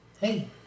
Hey